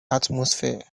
atmosphere